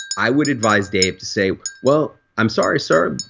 i would advise dave to say, well i'm sorry sir,